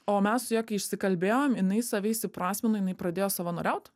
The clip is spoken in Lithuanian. o mes su ja kai išsikalbėjom jinai save įsiprasmino jinai pradėjo savanoriaut